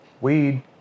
weed